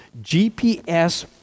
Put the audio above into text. GPS